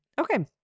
Okay